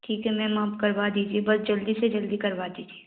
ठीक है मैम आप करवा दीजिए बस जल्दी से जल्दी करवा दीजिए